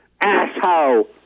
Asshole